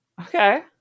Okay